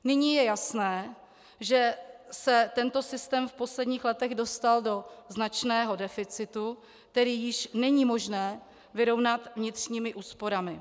Nyní je jasné, že se tento systém v posledních letech dostal do značného deficitu, který již není možné vyrovnat vnitřními úsporami.